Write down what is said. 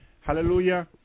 hallelujah